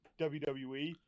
WWE